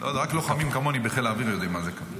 רק לוחמים כמוני בחיל האוויר יודעים מה זה.